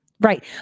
Right